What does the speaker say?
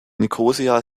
nikosia